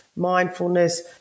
Mindfulness